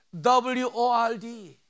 W-O-R-D